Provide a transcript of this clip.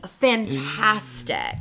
fantastic